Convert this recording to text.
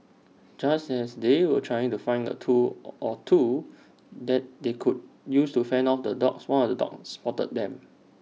just as they were trying to find A tool or two that they could use to fend off the dogs one of the dogs spotted them